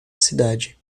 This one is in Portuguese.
cidade